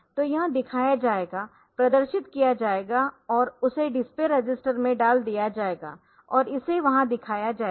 तो यह दिखाया जाएगा प्रदर्शित किया जाएगा और उसे डिस्प्ले रजिस्टर में डाल दिया जाएगा और इसे वहां दिखाया जाएगा